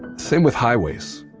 same with highways.